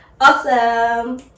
Awesome